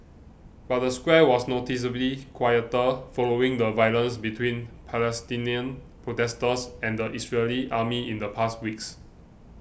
but the square was noticeably quieter following the violence between Palestinian protesters and the Israeli army in the past weeks